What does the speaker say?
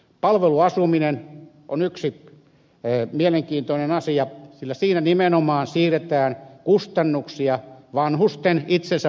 palveluasuminen on yksi mielenkiintoinen asia sillä siinä nimenomaan siirretään kustannuksia vanhusten itsensä maksettaviksi